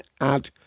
add